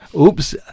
Oops